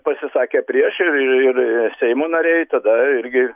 pasisakė prieš ir ir seimo nariai tada irgi